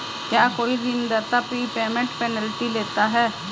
क्या कोई ऋणदाता प्रीपेमेंट पेनल्टी लेता है?